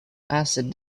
acid